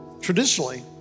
traditionally